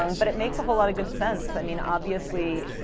um but it makes a whole lot of good sense. i mean obviously,